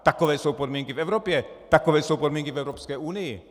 Takové jsou podmínky v Evropě, takové jsou podmínky v Evropské unii.